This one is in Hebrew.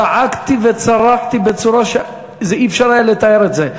זעקתי וצרחתי בצורה שלא היה אפשר לתאר את זה.